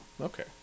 Okay